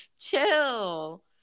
chill